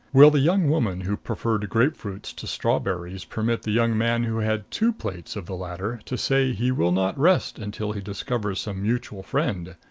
will the young woman who preferred grapefruit to strawberries permit the young man who had two plates of the latter to say he will not rest until he discovers some mutual friend,